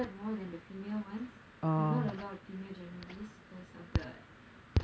are favoured more than the female ones there are not a lot of female journalists because of the